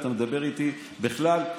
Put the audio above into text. בכלל,